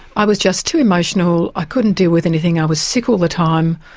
i was just too emotional, i couldn't deal with anything, i was sick all the time,